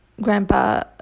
grandpa